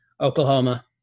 Oklahoma